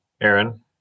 Aaron